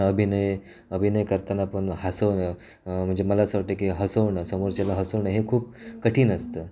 अभिनय अभिनय करताना पण हसवणं म्हणजे मला असं वाटतं की हसवणं समोरच्याला हसवणं हे खूप कठीण असतं